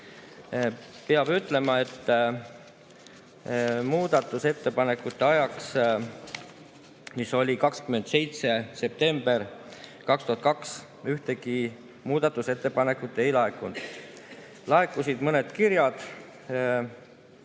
ütlema, et muudatusettepanekute esitamise tähtajaks, mis oli 27. september 2022, ühtegi muudatusettepanekut ei laekunud. Laekusid mõned kirjad